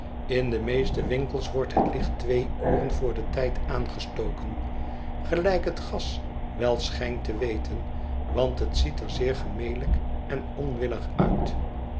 in de meeste winkels wordt het licht twee uren voor den tijd aangestoken gelijk het gas wel schijnt te weten want het ziet er zeer gemelijk en onwillig uit